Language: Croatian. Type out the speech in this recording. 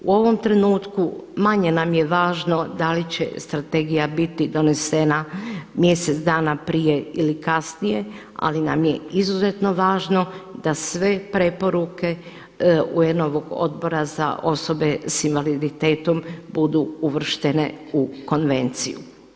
U ovom trenutku manje nam je važno da li će strategija biti donešena mjesec dana prije ili kasnije ali nam je izuzetno važno da sve preporuke UN-ovog Odbora za osobe s invaliditetom budu uvrštene u konvenciju.